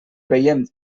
veiem